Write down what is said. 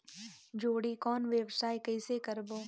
जोणी कौन व्यवसाय कइसे करबो?